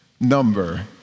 Number